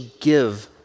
give